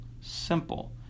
simple